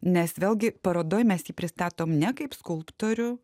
nes vėlgi parodoj mes jį pristatom ne kaip skulptorių